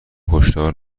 کشتار